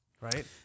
right